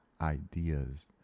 ideas